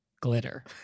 Glitter